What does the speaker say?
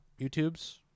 youtubes